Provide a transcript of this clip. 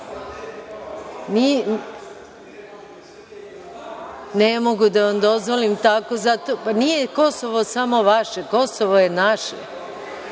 mogu da vam dozvolim tako, pa nije Kosovo samo vaše. Kosovo je naše,